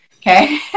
Okay